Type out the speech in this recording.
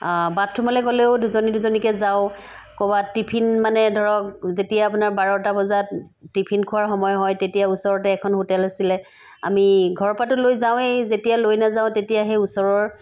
বাথৰুমলৈ গ'লেও দুজনী দুজনীকৈ যাওঁ ক'ৰবাত টিফিন মানে ধৰক যেতিয়া আপোনাৰ বাৰটা বজাত টিফিন খোৱাৰ সময় হয় তেতিয়া ওচৰতে এখন হোটেল আছিলে আমি ঘৰৰ পৰাতো লৈ যাওঁৱে যেতিয়া লৈ নাযাওঁ তেতিয়া সেই ওচৰৰ